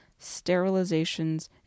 sterilizations